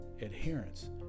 adherence